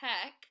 Tech